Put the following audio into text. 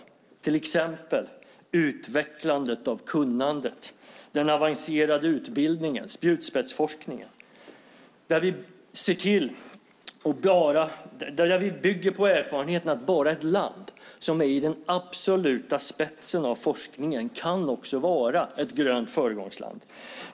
Det gäller till exempel utvecklandet av kunnandet, den avancerade utbildningen och spjutspetsforskningen. Där bygger vi på erfarenheten att bara ett land som ligger i den absoluta spetsen av forskningen också kan vara ett grönt föregångsland.